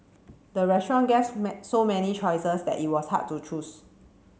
the restaurant gas so many choices that it was hard to choose